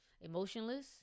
emotionless